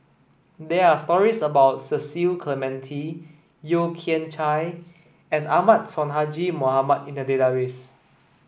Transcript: there are stories about Cecil Clementi Yeo Kian Chai and Ahmad Sonhadji Mohamad in the database